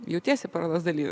jautiesi parodos dalyviu